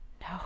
No